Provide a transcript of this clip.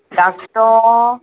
धाकटो